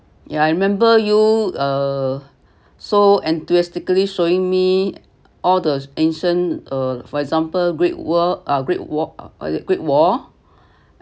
yeah I remember you uh so enthusiastically showing me all the ancient uh for example great wall uh great wall uh great wall